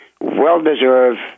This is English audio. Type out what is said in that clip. well-deserved